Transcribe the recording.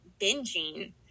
binging